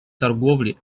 торговли